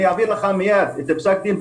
אני אעביר לך מייד את פסק הדין.